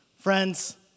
Friends